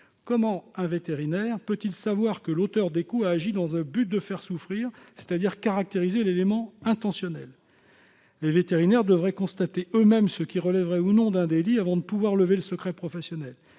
Comment un vétérinaire peut-il savoir que l'auteur des coups a agi en vue de faire souffrir, c'est-à-dire caractériser le caractère intentionnel de l'acte ? Les vétérinaires devraient constater eux-mêmes ce qui relève ou non d'un délit avant de pouvoir lever le secret professionnel.